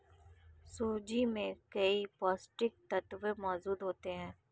सूजी में कई पौष्टिक तत्त्व मौजूद होते हैं